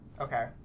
okay